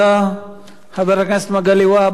חבר הכנסת מגלי והבה, בבקשה.